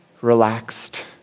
relaxed